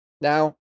Now